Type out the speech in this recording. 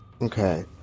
Okay